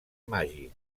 màgic